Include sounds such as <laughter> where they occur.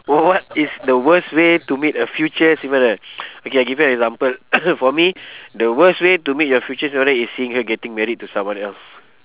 w~ what is the worst way to meet a future significant other okay I give you example <coughs> for me the worst way to meet your future significant other is seeing her getting married to someone else